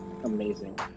amazing